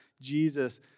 Jesus